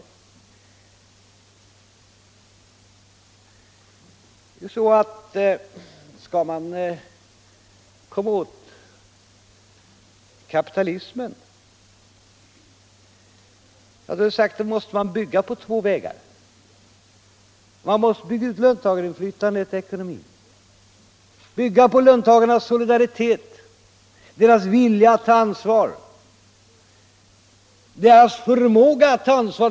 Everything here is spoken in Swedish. Jag har sagt att skall man komma åt kapitalismen, då måste man gå två vägar. Man måste bygga ut löntagarinflytandet över ekonomin, bygga på löntagarnas solidaritet, på deras vilja att ta ansvar och på deras förmåga att ta ansvar.